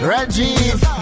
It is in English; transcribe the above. Reggie